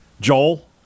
Joel